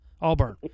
Auburn